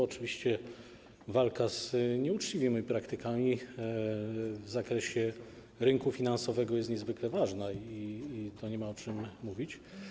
Oczywiście walka z nieuczciwymi praktykami w zakresie rynku finansowego jest niezwykle ważna i tu nie ma o czym mówić.